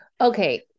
Okay